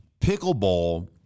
Pickleball